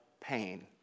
pain